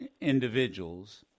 individuals